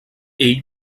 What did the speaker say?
ell